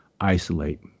isolate